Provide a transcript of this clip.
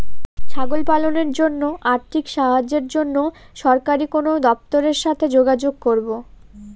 ছাগল পালনের জন্য আর্থিক সাহায্যের জন্য সরকারি কোন দপ্তরের সাথে যোগাযোগ করব?